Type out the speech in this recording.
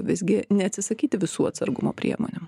visgi neatsisakyti visų atsargumo priemonių